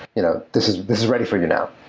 you know this is this is ready for you now.